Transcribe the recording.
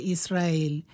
Israel